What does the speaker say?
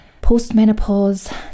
post-menopause